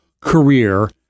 career